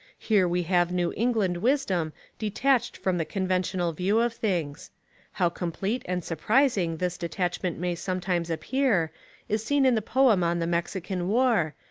here we have new england wisdom detached from the conventional view of things how complete and surprising this de tachment may sometimes appear is seen in the poem on the mexican war,